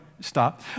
stop